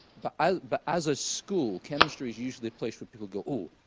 but ah but as a school, chemistry is usually the place where people go, oh,